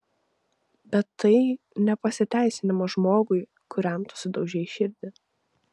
bet tai ne pasiteisinimas žmogui kuriam tu sudaužei širdį